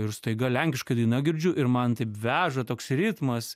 ir staiga lenkiška daina girdžiu ir man taip veža toks ritmas